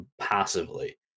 passively